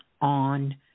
on